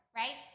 right